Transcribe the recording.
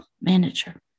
manager